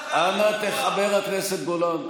חבר הכנסת גולן,